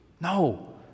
No